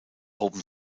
open